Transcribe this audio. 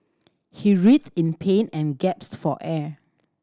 he writhed in pain and gasped for air